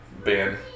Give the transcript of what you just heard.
Ben